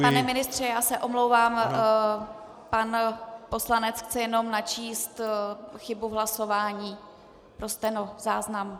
Pane ministře, já se omlouvám, pan poslanec chce jenom načíst chybu v hlasování pro stenozáznam.